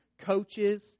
Coaches